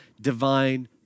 divine